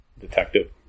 detective